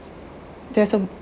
there's a